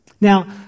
Now